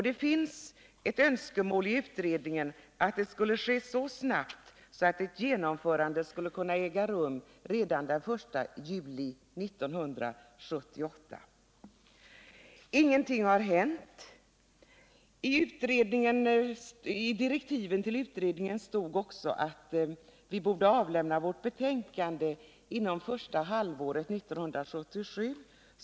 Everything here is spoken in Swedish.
Det fanns ett önskemål i utredningen att det skulle kunna ske så snabbt att ett genomförande kunde äga rum redan den 1 juli 1978. Ingenting har emellertid hänt. I direktiven till utredningen stod också att vi borde avlämna vårt betänkande under första halvåret 1977.